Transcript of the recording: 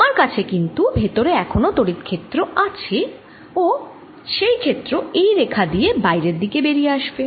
আমার কাছে কিন্তু ভেতরে এখনো তড়িৎ ক্ষেত্র আছে ও সেই ক্ষেত্র এই রেখা দিয়ে বাইরের দিকে বেরিয়ে আসবে